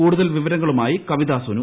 കൂടുതൽ വിവരങ്ങളുമായി കവിത സുനു